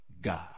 God